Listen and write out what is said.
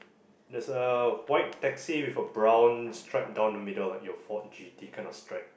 there's a white taxi with a brown stripe down the middle like your Ford G_T kind of stripe